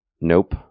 Nope